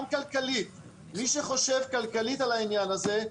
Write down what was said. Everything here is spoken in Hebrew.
גם כלכלית: מי שחושב כלכלית על העניין הזה,